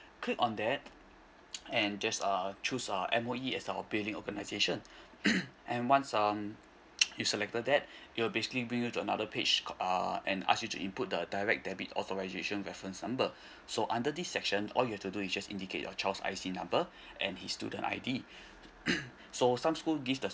click on that and just uh choose uh M_O_E as our billing organisation and once um you selected that you're basically bring you to another page cal~ uh and ask you to input the direct debit authorisation reference number so under this section all you have to do is just indicate your child I_C number and his student I_D so some school give the